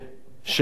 שנפטר,